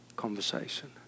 conversation